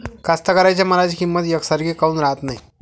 कास्तकाराइच्या मालाची किंमत यकसारखी काऊन राहत नाई?